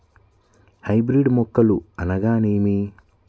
Hybrid మొక్కలు అనగానేమి?